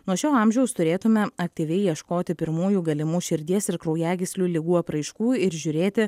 nuo šio amžiaus turėtume aktyviai ieškoti pirmųjų galimų širdies ir kraujagyslių ligų apraiškų ir žiūrėti